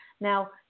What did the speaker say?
Now